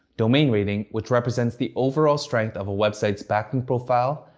domain rating, which represents the overall strength of a website's backlink profile,